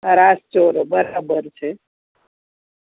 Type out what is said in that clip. રાસ ચોરો બરાબર છે